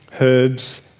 herbs